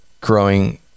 growing